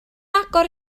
agor